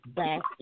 back